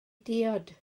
diod